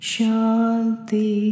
Shanti